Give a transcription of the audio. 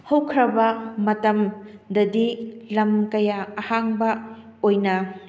ꯍꯧꯈ꯭ꯔꯕ ꯃꯇꯝꯗꯗꯤ ꯂꯝ ꯀꯌꯥ ꯑꯍꯥꯡꯕ ꯑꯣꯏꯅ